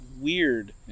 weird